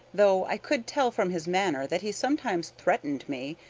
though i could tell from his manner that he sometimes threatened me,